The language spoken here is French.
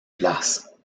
place